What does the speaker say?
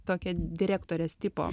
tokia direktorės tipo